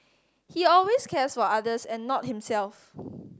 he always cares for others and not himself